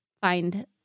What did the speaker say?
find